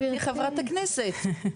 חברת הכנסת,